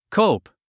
Cope